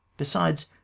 besides,